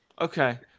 Okay